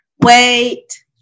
Wait